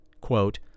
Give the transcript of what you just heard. quote